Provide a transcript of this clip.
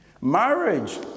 Marriage